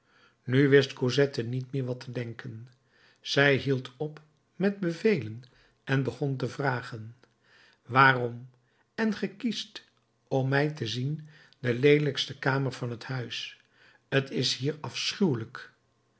nu wist cosette niet meer wat te denken zij hield op met bevelen en begon te vragen waarom en ge kiest om mij te zien de leelijkste kamer van het huis t is hier afschuwelijk